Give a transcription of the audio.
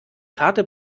karte